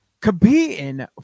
competing